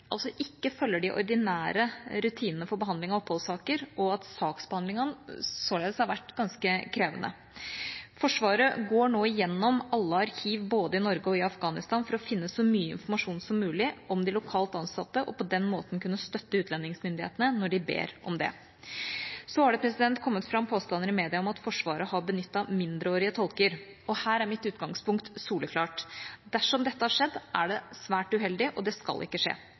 altså da vi trakk ned vårt nærvær i Faryab. Jeg vil understreke at dette er saker som ikke følger de ordinære rutinene for behandling av oppholdssaker, og at saksbehandlinga således har vært ganske krevende. Forsvaret går nå igjennom alle arkiv både i Norge og i Afghanistan for å finne så mye informasjon som mulig om de lokalt ansatte og på den måten kunne støtte utlendingsmyndighetene når de ber om det. Så har det kommet fram påstander i media om at Forsvaret har benyttet mindreårige tolker. Her er mitt utgangspunkt soleklart: Dersom dette har skjedd, er det svært uheldig, og